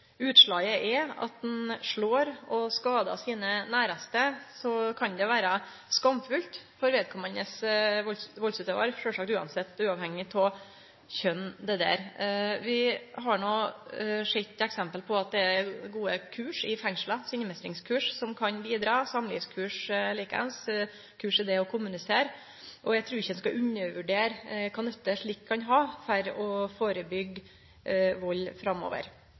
utslaget er at ein slår og skader sine næraste, kan det vere skamfullt for vedkomande valdsutøvar, sjølvsagt uavhengig av kjønn. Vi har no sett eksempel på at det er gode kurs i fengsla, som sinnemeistringskurs, som kan bidra, samlivskurs likeins, kurs i det å kommunisere. Eg trur ikkje ein skal undervurdere kva nytte slikt kan ha for å førebyggje vald framover.